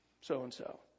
so-and-so